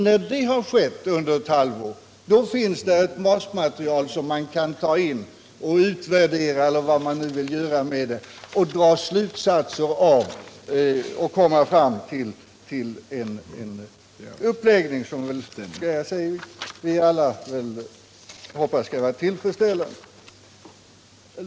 När det har skett under ett halvår, då finns det ett basmaterial som man kan ta in och utvärdera, eller vad man nu vill göra med det, dra slutsatser av och komma fram till en uppvägning som vi alla hoppas skall vara tillfredsställande.